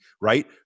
right